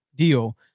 deal